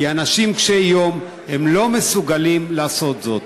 כי אנשים קשי-יום לא מסוגלים לעשות זאת.